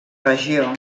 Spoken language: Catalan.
regió